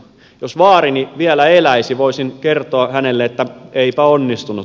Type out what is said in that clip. jos vaarini vielä eläisi voisin kertoa hänelle että eipä onnistunut